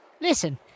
Listen